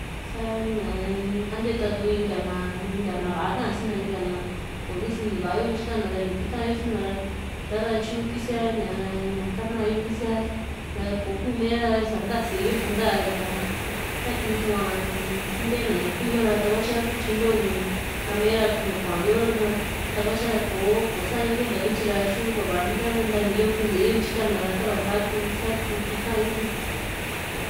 sa´ña a ntee ta+tu inka na va´a kas´si na inka na kò´o ni sini va yo intyi kaa´na ra ni kita yo sina ra sa´ha tyu kisia ñaa kanayo kisia ra kò´o kuu mee ra sa´nta sée yo sa´nta ñaa ntakitua ntee na ña kuu yo ra takuatyi ha kutyi ntooni ra me´ra kuayo ra takuatyi ra kò´o sá yo kuenta kutyi ra sa´tyo va´a va´a ntika yo ntakanini yokuntee yo intyi ka´na ra tava sa kuu sa kuu kitayo sina